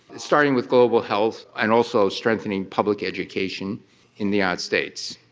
starting with global health and also strengthening public education in the united states,